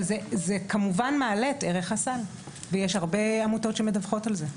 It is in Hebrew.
אבל זה כמובן מעלה את ערך הסל ויש הרבה עמותות שמדווחות על זה,